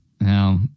Now